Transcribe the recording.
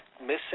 missing